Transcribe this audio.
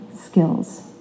skills